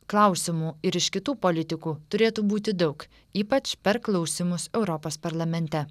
klausimų ir iš kitų politikų turėtų būti daug ypač per klausymus europos parlamente